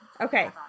okay